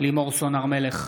לימור סון הר מלך,